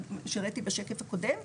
שהראיתי בשקף הקודם,